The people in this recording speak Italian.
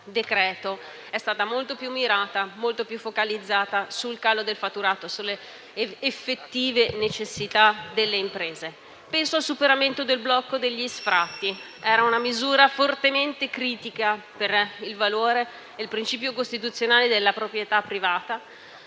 è stata molto più mirata e focalizzata sul calo del fatturato e sulle effettive necessità delle imprese. Penso al superamento del blocco degli sfratti, una misura fortemente critica per il valore e il principio costituzionale della proprietà privata.